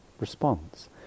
response